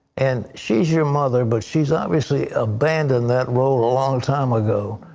and she is your mother. but she is obviously abandoned that role a long time ago.